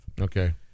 Okay